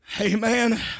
Amen